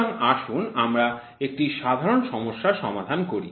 সুতরাং আসুন আমরা ১ টি সাধারণ সমস্যা সমাধান করি